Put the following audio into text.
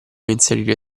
inserire